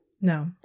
No